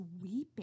weeping